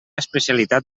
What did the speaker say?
especialitat